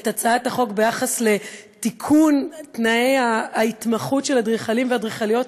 את הצעת החוק לתיקון תנאי ההתמחות של אדריכלים ואדריכליות צעירים,